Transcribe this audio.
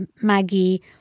Maggie